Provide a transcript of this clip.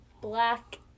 Black